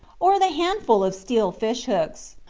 or the handful of steel fish-hooks,